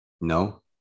no